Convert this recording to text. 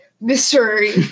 mystery